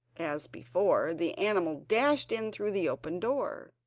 as before, the animal dashed in through the open door,